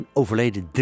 overleden